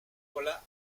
voilà